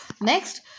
next